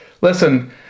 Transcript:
Listen